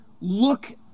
look